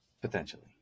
Potentially